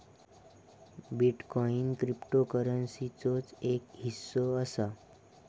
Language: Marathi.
बिटकॉईन क्रिप्टोकरंसीचोच एक हिस्सो असा